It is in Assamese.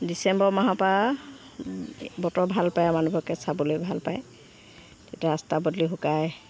ডিচেম্বৰ মাহৰ পৰা বতৰ ভাল পায় মানুহকে চাবলৈ ভাল পায় তেতিয়া ৰাস্তা পদূলি শুকাই